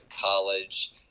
college